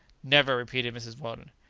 never! repeated mrs. weldon.